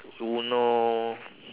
uno